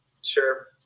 Sure